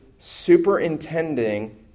superintending